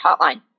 hotline